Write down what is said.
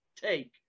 take